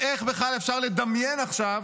איך בכלל אפשר לדמיין עכשיו